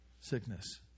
sickness